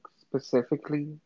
specifically